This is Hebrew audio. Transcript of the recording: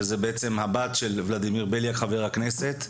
שזו בעצם הבת של חבר הכנסת ולדימיר בליאק,